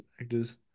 actors